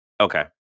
Okay